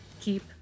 keep